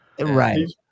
right